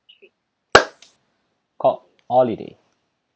talk holiday